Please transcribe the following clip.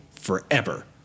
forever